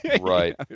right